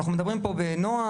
אנחנו מדברים פה בנועם,